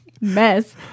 mess